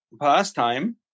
pastime